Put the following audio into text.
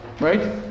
right